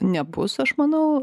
nebus aš manau